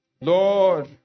Lord